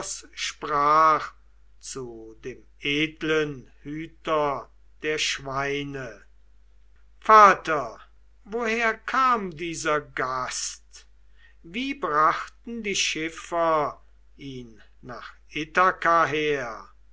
sprach zu dem edlen hüter der schweine vater woher kam dieser gast wie brachten die schiffer ihn nach ithaka her